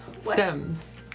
Stems